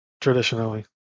traditionally